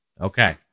Okay